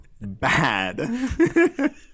Bad